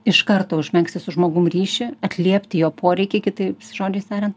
iš karto užmegzti su žmogum ryšį atliepti jo poreikį kitais žodžiais tariant